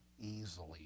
easily